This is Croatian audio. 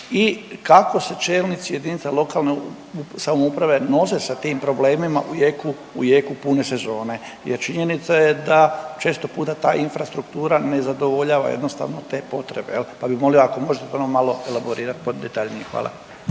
i kako se čelnici jedinca lokalne samouprave nose sa tim problemima u jeku, u jeku pune sezone jer činjenica je da često puta ta infrastruktura ne zadovoljava jednostavno te potrebe jel, pa bi molio ako možete nam to malo elaborirati pod detaljnije. Hvala.